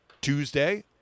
tuesday